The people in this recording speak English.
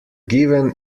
given